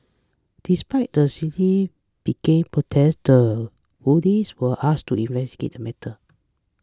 despite the seemingly begin protest the police were asked to investigate the matter